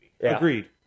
Agreed